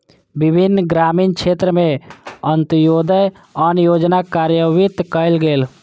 विभिन्न ग्रामीण क्षेत्र में अन्त्योदय अन्न योजना कार्यान्वित कयल गेल